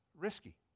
risky